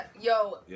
yo